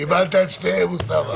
קיבלת את שתיהן, אוסאמה.